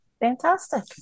Fantastic